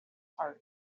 heart